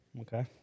okay